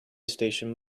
station